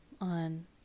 on